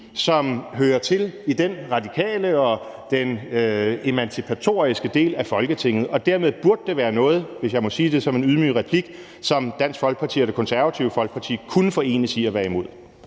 som hører til i den radikale og den emancipatoriske del af Folketinget, og dermed burde det være noget – hvis jeg må sige det som en ydmyg replik – som Dansk Folkeparti og Det Konservative Folkeparti kunne forenes i at være imod.